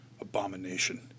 Abomination